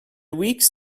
weeks